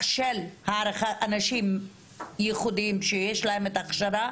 של אנשים ייחודיים שיש להם את ההכשרה,